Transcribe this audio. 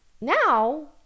now